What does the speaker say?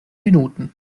minuten